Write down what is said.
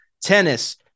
Tennis